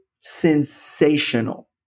Sensational